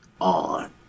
on